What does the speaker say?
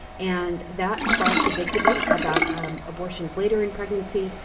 and that sparked a big debate about abortions later in pregnancy.